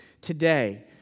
today